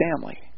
family